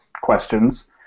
questions